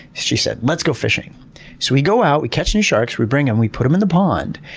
she said, let's go fishing. so we go out, we catch new sharks, we bring them, we put them in the pond,